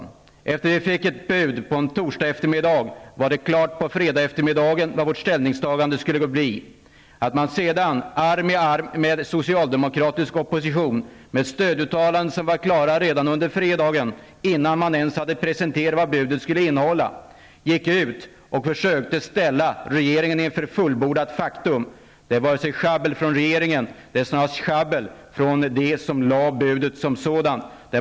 Efter det att vi fick ett bud på en torsdag eftermiddag, var det klart på fredag eftermiddag vad vårt ställningstagande skulle bli. Att man sedan arm i arm med socialdemokratisk opposition och med stöd av uttalanden som var klara på fredag, innan det egentligen hade presenterats vad budet skulle innehålla, gick ut och försökte ställa regeringen inför ett fullbordat faktum är allså inte jabbel från regeringen. Det är snarast jabbel från dem som lade budet som sådant.